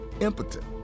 impotent